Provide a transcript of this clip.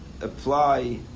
apply